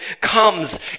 comes